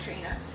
trainer